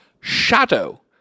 Shadow